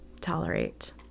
tolerate